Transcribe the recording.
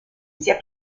sia